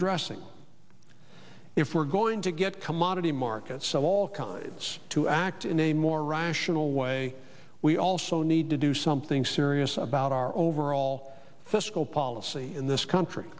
addressing if we're going to get commodity markets of all kinds to act in a more rational way we also need to do something serious about our overall fiscal policy in this country